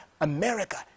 America